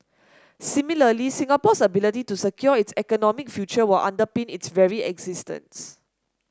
similarly Singapore's ability to secure its economic future will underpin its very existence